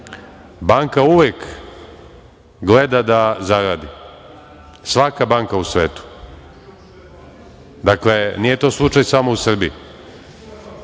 banka uvek gleda da zaradi, svaka banka u svetu. Nije to slučaj samo u Srbiji.